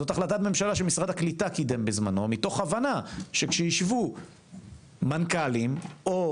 זאת החלטה ממשלה שמשרד הקליטה קידם בזמנו מתוך הבנה שכשישבו מנכ"לים או